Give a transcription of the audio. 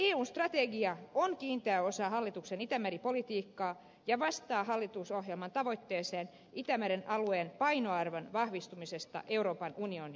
eun strategia on kiinteä osa hallituksen itämeri politiikkaa ja vastaa hallitusohjelman tavoitteeseen itämeren alueen painoarvon vahvistumisesta euroopan unionin piirissä